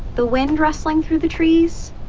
the wind rustling through the trees.